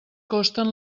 costen